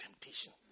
temptation